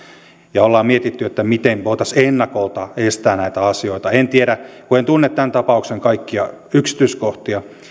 ja olemme miettineet miten me voisimme ennakolta estää näitä asioita en tiedä kun en tunne tämän tapauksen kaikkia yksityiskohtia